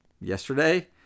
yesterday